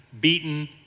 beaten